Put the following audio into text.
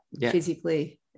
physically